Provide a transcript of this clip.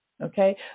okay